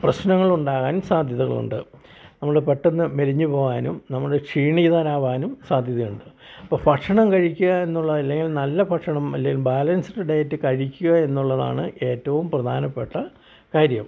പ്രശ്നങ്ങളുണ്ടാകാൻ സാധ്യതകളുണ്ട് നമ്മൾ പെട്ടന്ന് മെലിഞ്ഞ് പോകാനും നമ്മുടെ ക്ഷീണിതരാവാനും സാധ്യതയുണ്ട് അപ്പം ഭക്ഷണം കഴിയ്ക്കുക എന്നുള്ളതല്ല നല്ല ഭക്ഷണം അല്ലേൽ ബാലൻസ്ഡ് ഡയറ്റ് കഴിയ്ക്കുക എന്നുള്ളതാണ് ഏറ്റവും പ്രധാനപ്പെട്ട കാര്യം